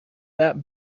that